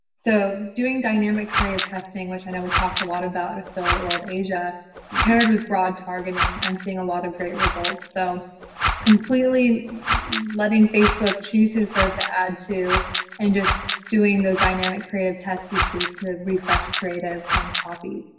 so doing dynamic creative testing which i know we talked a lot about in affiliate world asia paired with broad targeting, i'm seeing a lot of great results. so completely letting facebook choose who to serve the ad to and just doing those dynamic creative tests each week to refresh creative and copy.